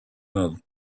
not